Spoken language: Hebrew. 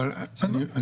אנחנו